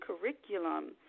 curriculum